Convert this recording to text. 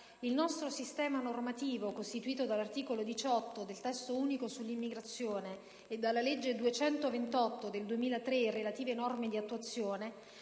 il nostro sistema normativo, costituito dall'articolo 18 del Testo unico sull'immigrazione e dalla legge n. 228 del 2003 e relative norme di attuazione,